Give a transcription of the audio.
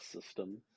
system